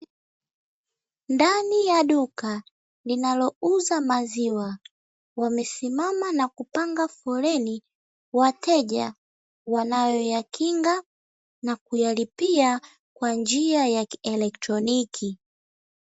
Ndani ya duka linalouza maziwa, wamesimama na kupanga foleni wateja wanayoyakinga na kuyalipia kwa njia ya kieletroniki.